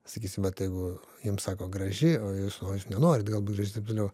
sakysim vat jeigu jum sako graži o jūs o jūs nenorit galbūt jūs ir taip toliau